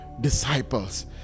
disciples